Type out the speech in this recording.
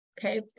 okay